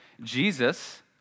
Jesus